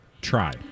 Try